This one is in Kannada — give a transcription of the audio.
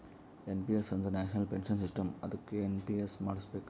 ಎನ್ ಪಿ ಎಸ್ ಅಂದುರ್ ನ್ಯಾಷನಲ್ ಪೆನ್ಶನ್ ಸಿಸ್ಟಮ್ ಅದ್ದುಕ ಎನ್.ಪಿ.ಎಸ್ ಮಾಡುಸ್ಬೇಕ್